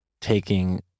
taking